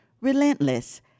Relentless